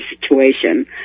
situation